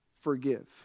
forgive